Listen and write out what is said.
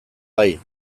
bai